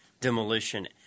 demolition